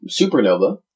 Supernova